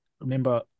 remember